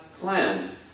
plan